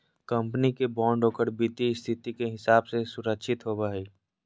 company के bond ओकर वित्तीय स्थिति के हिसाब से सुरक्षित होवो हइ